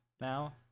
now